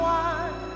one